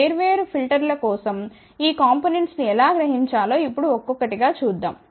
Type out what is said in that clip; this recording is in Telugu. వేర్వేరు ఫిల్టర్ల కోసం ఈ కాంపొనెంట్స్ ను ఎలా గ్రహించాలో ఇప్పుడు ఒక్కొక్కటిగా చూద్దాం